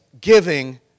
giving